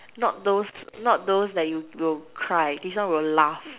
not those not those that you will cry this one will laugh